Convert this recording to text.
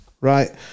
right